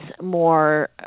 more